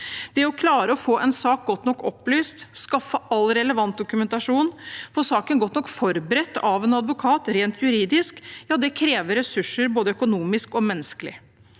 Det å klare å få en sak godt nok opplyst, skaffe all relevant dokumentasjon og få saken godt nok forberedt av en advokat rent juridisk krever ressurser, både økonomiske og menneskelige.